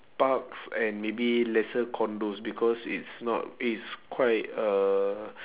parks and maybe lesser condos because it's not it's quite uh